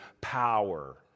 power